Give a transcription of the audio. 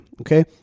okay